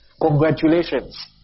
Congratulations